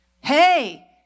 Hey